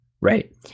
right